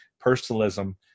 personalism